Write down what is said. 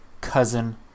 cousin